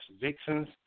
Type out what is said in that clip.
Vixens